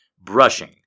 brushing